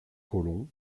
colons